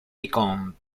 become